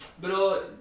Bro